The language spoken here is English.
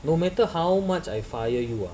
no matter how much I fire you